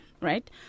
right